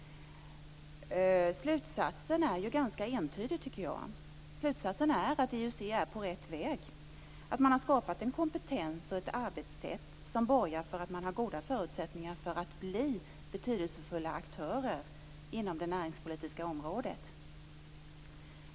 Jag menar att slutsatsen är ganska entydig: att IUC är på rätt väg, att man har skapat en kompetens och ett arbetssätt som borgar för att det finns goda förutsättningar att bli betydelsefulla aktörer inom det näringspolitiska området.